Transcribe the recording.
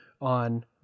on